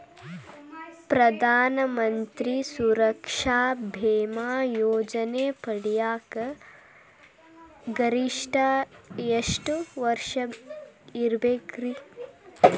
ಪ್ರಧಾನ ಮಂತ್ರಿ ಸುರಕ್ಷಾ ಭೇಮಾ ಯೋಜನೆ ಪಡಿಯಾಕ್ ಗರಿಷ್ಠ ಎಷ್ಟ ವರ್ಷ ಇರ್ಬೇಕ್ರಿ?